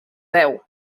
veu